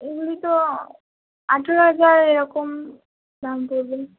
এগুলি তো আঠেরো হাজার এরকম দাম পড়বে